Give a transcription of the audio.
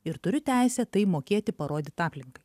ir turiu teisę tai mokėti parodyt aplinkai